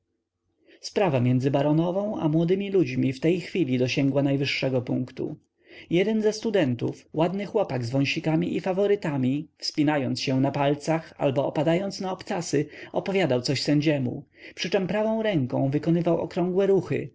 sprawa między baronową a młodymi ludźmi w tej chwili dosięgła najwyższego punktu jeden ze studentów ładny chłopak z wąsikami i faworytami wspinając się na palcach albo opadając na obcasy opowiadał coś sędziemu przyczem prawą ręką wykonywał okrągłe ruchy